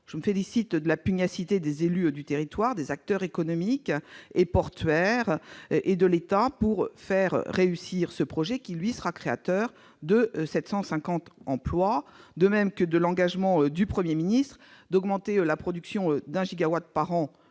Je me félicite de la pugnacité des élus locaux, des acteurs économiques et portuaires et de l'État pour faire aboutir ce projet, qui, lui, sera créateur de 750 emplois. De même, je salue l'engagement du Premier ministre d'augmenter d'un gigawatt par an